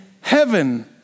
heaven